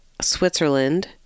Switzerland